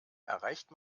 erreicht